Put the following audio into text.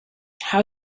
how